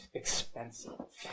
expensive